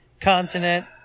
continent